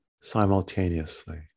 simultaneously